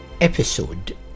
Episode